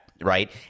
right